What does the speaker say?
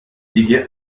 دیگه